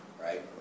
Right